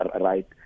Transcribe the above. right